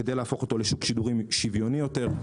כדי להפוך אותו לשוק שידורים שוויוני יותר,